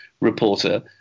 reporter